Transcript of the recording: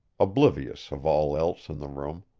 oblivious of all else in the room.